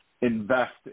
Invest